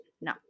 No